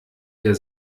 der